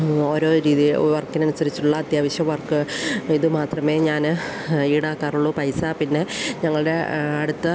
ഓരോ രീതി വർക്കിന് അനുസരിച്ചുള്ള അത്യാവശ്യ വർക്ക് ഇത് മാത്രമേ ഞാൻ ഈടാക്കാറുള്ളു പൈസ പിന്നെ ഞങ്ങളുടെ അടുത്ത